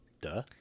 Duh